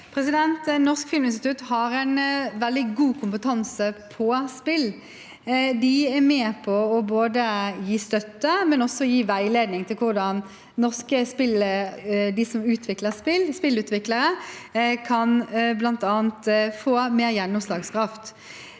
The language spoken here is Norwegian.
Norsk fil- minstitutt har en veldig god kompetanse på spill. De er med på å gi støtte og også veiledning til hvordan norske spillutviklere bl.a. kan få mer gjennomslagskraft.